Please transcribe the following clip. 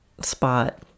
spot